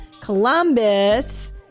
Columbus